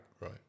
Right